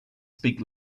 speak